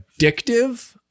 addictive